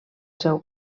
seu